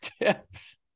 tips